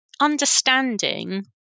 understanding